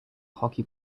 hockey